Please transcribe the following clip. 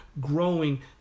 growing